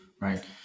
right